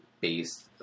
based